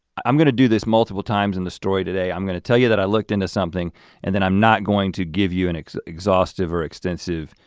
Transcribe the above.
i'm gonna do this multiple times in the story today. i'm gonna tell you that i looked into something and then i'm not going to give you an exhaustive or extensive.